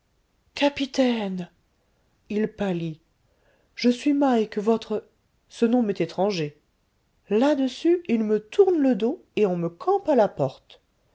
capitaine il pâlit je suis mike votre ce nom m'est étranger là-dessus il me tourne le dos et on me campe à la porte